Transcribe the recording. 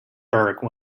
burke